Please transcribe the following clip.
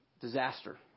Disaster